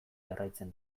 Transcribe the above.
jarraitzen